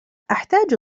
أحتاج